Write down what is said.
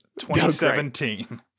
2017